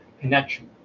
connection